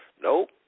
Nope